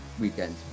weekend